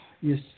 yes